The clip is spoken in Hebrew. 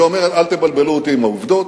שאומרת: אל תבלבלו אותי עם העובדות,